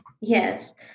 Yes